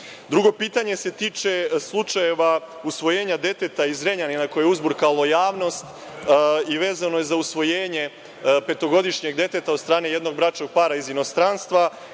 pitanje, se tiče slučaja usvojenja deteta iz Zrenjanina koje je uzburkalo javnost i vezano je za usvojenje petogodišnjeg deteta od strane jednog bračnog para iz inostranstva.